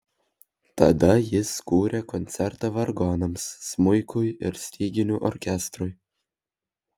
tada jis kūrė koncertą vargonams smuikui ir styginių orkestrui